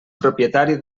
propietari